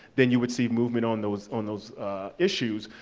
then you would see movement on those on those issues,